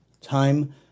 time